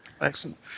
Excellent